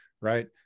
right